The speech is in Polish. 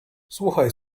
słuchaj